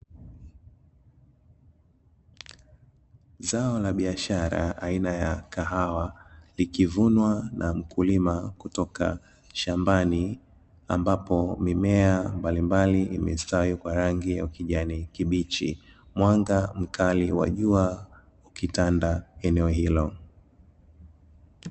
Zao la biashara aina ya kahawa likivunwa na mkulima kutoka shambani ambapo mimea mbalimbali imestawi kwa rangi ya kijani kibichi, mwanga mkali wa jua ukitanda eneo hilo.